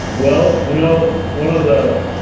well you know, one of the,